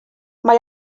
mae